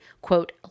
quote